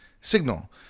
signal